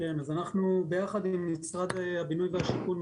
אנחנו ביחד עם משרד הבינוי והשיכון,